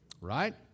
Right